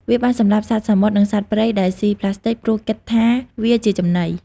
វាបានសម្លាប់សត្វសមុទ្រ និងសត្វព្រៃដែលសុីប្លាស្ទិក ព្រោះគិតថាវាជាចំណី។